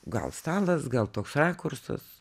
gal stalas gal toks rakursas